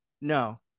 no